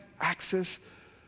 access